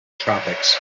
tropics